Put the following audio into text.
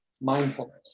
mindfulness